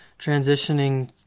transitioning